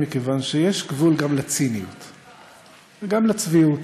מי שיש לו חמאה על הראש,